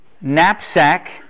knapsack